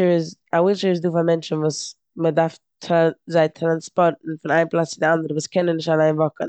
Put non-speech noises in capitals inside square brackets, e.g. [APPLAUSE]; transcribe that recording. [UNINTELLIGIBLE] א ווילטשעיר איז דא פאר מענטשן וואס מ 'דארף טרא- זיי טראנספארטן פון איין פלאץ צו די אנדערע וואס קענען נישט אליין וואקן.